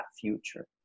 future